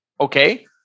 Okay